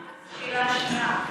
אבל מה עם השאלה השנייה?